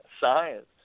science